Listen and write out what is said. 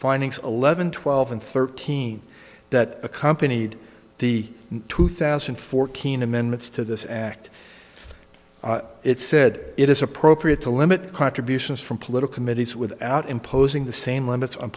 findings eleven twelve and thirteen that accompanied the two thousand and fourteen amendments to this act it said it is appropriate to limit contributions from political mitty's without imposing the same limits on